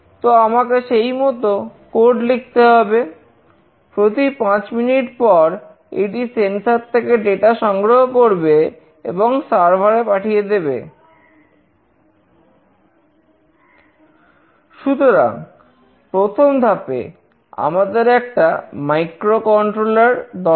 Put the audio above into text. তো আমাকে সেইমতো কোড দরকার